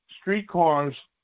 streetcars